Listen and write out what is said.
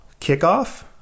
kickoff